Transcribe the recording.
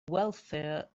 welfare